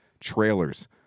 trailers